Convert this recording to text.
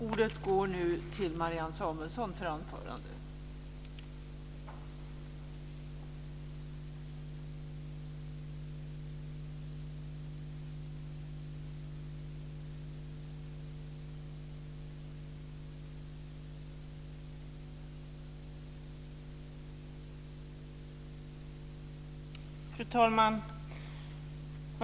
Fru talman!